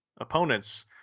opponents